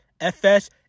Fs